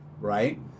right